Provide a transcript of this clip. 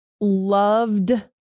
loved